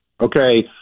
okay